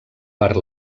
per